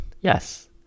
yes